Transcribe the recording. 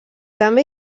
també